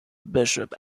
bishop